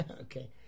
Okay